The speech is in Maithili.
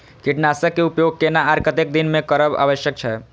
कीटनाशक के उपयोग केना आर कतेक दिन में करब आवश्यक छै?